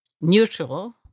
neutral